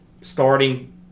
starting